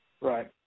Right